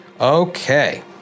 Okay